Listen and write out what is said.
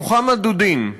מוחמד דודין,